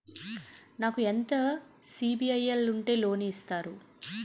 నాకు ఎంత సిబిఐఎల్ ఉంటే లోన్ ఇస్తారు?